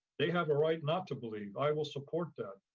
they have a right not to believe, i will support them.